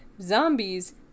Zombies